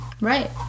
Right